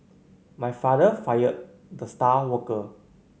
my father fired the star worker